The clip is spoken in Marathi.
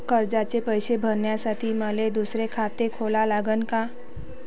कर्जाचे पैसे भरासाठी मले दुसरे खाते खोला लागन का?